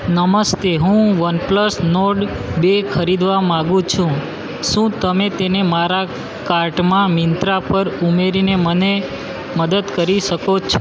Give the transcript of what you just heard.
નમસ્તે હું OnePlus Nord બે ખરીદવા માગું છું શું તમે તેને મારા કાર્ટમાં મિન્ત્રા પર ઉમેરીને મને મદદ કરી શકો